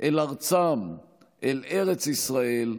אל ארצם, אל ארץ ישראל,